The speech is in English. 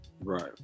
right